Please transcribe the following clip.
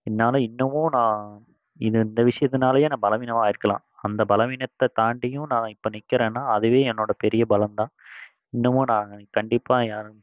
என்னால் இன்னமும் நான் இன இந்த விஷயத்துனாலையே நான் பலவீனமாக ஆகிருக்கலாம் அந்த பலவீனத்தை தாண்டியும் நான் இப்போ நிற்கிறேன்னா அதுவே என்னோடய பெரிய பலம் தான் இன்னமும் நான் கண்டிப்பாக யாரும்